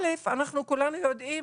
א', כולנו יודעים